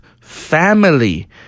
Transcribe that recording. family